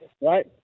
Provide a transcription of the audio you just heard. right